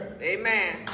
Amen